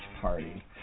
Party